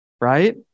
right